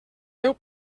déu